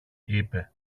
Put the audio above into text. είπε